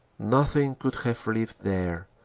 nothing could have lived there.